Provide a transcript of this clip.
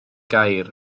gair